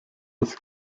das